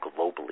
globally